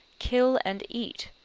kill and eat,